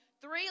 Three